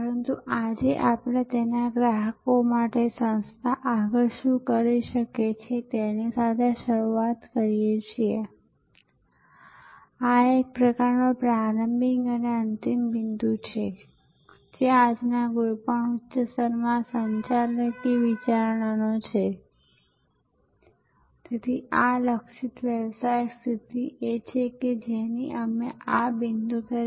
પરંતુ બોર્ડિંગ કાર્ડની ચકાસણી અને દરવાજા સુધી માર્ગદર્શનની ચકાસણી બધું જ સ્વયંસંચાલિત હતું બધું RFID દ્વારા થાય છે બારકોડ દ્વારા ટેગ્સ વગેરે વગેરે